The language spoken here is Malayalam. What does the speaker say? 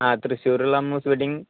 ആ തൃശൂരുള്ള അമ്മൂസ് വെഡ്ഡിങ്